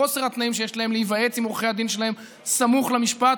חוסר התנאים שיש להם להיוועץ עם עורכי הדין שלהם סמוך למשפט,